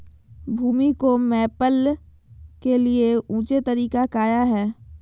भूमि को मैपल के लिए ऊंचे तरीका काया है?